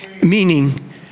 Meaning